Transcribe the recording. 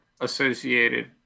associated